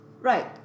Right